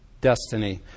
destiny